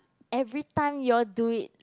everytime you all do it